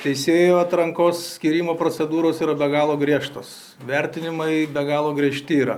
teisėjų atrankos skyrimo procedūros yra be galo griežtos vertinimai be galo griežti yra